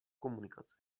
komunikace